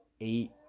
eight